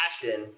passion